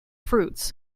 fruits